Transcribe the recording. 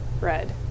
red